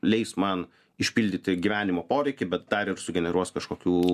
leis man išpildyti gyvenimo poreikį bet dar ir sugeneruos kažkokių